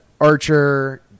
Archer